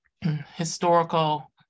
historical